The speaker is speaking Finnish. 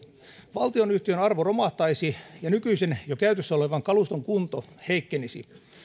valtionyhtiön arvo romahtaisi ja nykyisen jo käytössä olevan kaluston kunto heikkenisi